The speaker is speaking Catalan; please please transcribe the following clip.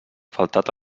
faltat